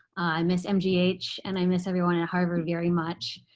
i miss mgh. and i miss everyone at harvard very much.